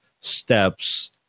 steps